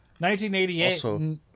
1988